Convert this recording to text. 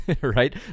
right